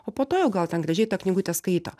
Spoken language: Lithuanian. o po to jau gal ten gražiai tą knygutę skaito